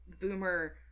Boomer